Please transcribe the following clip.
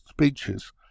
speeches